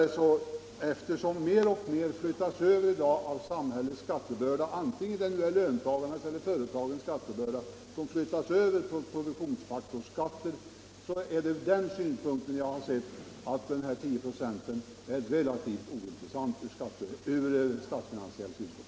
Jag har sett den här frågan så, att eftersom mer och mer av samhällets skattebörda i dag flyttas över till produktionssektorn är en höjning av bolagsskatten med 10 96 relativt ointressant från statsfinansiell synpunkt.